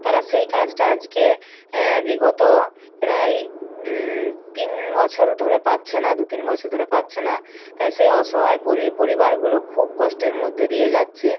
তারা সেই কাজটা আজকে বিগত প্রায় তিন বছর ধরে পাচ্ছে না দু তিন বছর ধরে পাচ্ছে না তাই সেই অসহায় পরিবারগুলো খুব কষ্টের মধ্যে দিয়ে যাচ্ছে